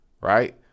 right